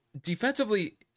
defensively